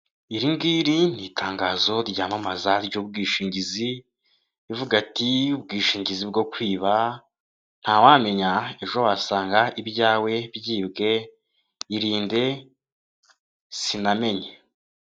Iri ngiri ni itangazo ryamamaza ry'ubwishingizi, rivuga ati ubwishingizi bwo kwiba, ntawamenya ejo wasanga ibyawe byibwe, irinde sinamenye.